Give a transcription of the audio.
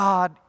God